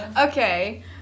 Okay